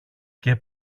και